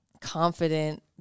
confident